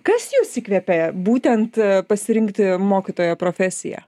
kas jus įkvėpė būtent pasirinkti mokytojo profesiją